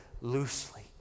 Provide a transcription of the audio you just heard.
loosely